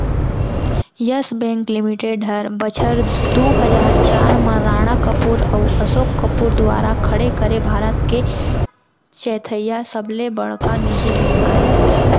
yes bank limited हर बछर दू हजार चार म राणा कपूर अउ असोक कपूर दुवारा खड़े करे भारत के चैथइया सबले बड़का निजी बेंक अय